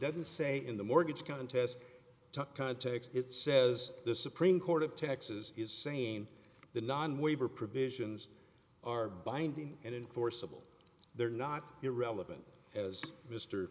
doesn't say in the mortgage contest to context it says the supreme court of texas is saying the non waiver provisions are binding enforceable they're not irrelevant as m